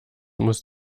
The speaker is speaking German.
muss